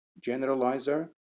generalizer